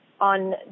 on